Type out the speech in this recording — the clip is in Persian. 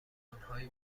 آنهایی